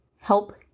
help